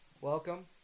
Welcome